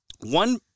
One